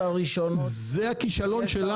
זה הכישלון שלנו.